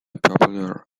popular